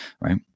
right